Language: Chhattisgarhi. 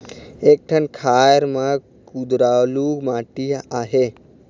एक ठन खार म कुधरालू माटी आहे?